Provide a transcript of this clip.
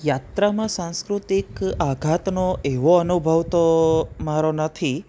યાત્રામાં સાંસ્કૃતિક આઘાતનો એવો અનુભવ તો મારો નથી